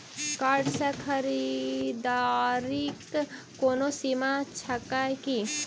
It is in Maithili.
कार्ड सँ खरीददारीक कोनो सीमा छैक की?